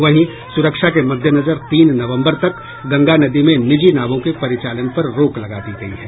वहीं सुरक्षा के मद्देनजर तीन नवम्बर तक गंगा नदी में निजी नावों के परिचालन पर रोक लगा दी गयी है